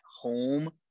home